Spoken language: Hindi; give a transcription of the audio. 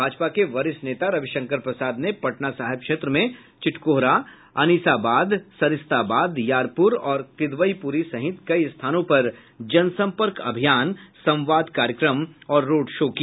भाजपा के वरिष्ठ नेता रविशंकर प्रसाद ने पटनासाहिब क्षेत्र में चितकोहरा अनिसाबाद सरिस्ताबाद यारपुर और किदवईपुरी सहित कई स्थानों पर जनसम्पर्क अभियान संवाद कार्यक्रम और रोड शो किया